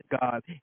God